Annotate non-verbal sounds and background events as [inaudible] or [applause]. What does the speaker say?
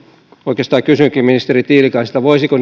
oikeastaan kysynkin ministeri tiilikaiselta voisiko [unintelligible]